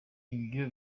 ibyo